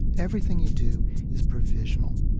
everything you do is provisional.